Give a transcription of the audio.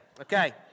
Okay